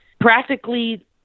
Practically